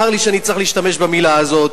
צר לי שאני צריך להשתמש במלה הזאת,